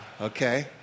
okay